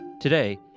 Today